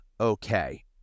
okay